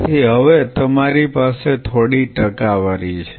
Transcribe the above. તેથી હવે તમારી પાસે થોડી ટકાવારી છે